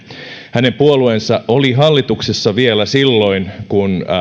hänen puolueensa oli hallituksessa vielä silloin kun